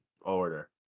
order